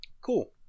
Cool